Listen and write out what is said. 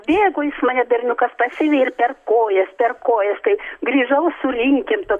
bėgo jis mane berniukas pasiveja ir per kojas per kojas kai grįžau sulinkinta